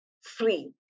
free